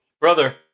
brother